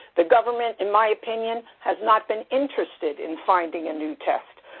the government, in my opinion, has not been interested in finding a new test.